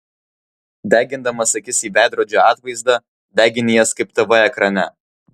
degindamas akis į veidrodžio atvaizdą degini jas kaip tv ekrane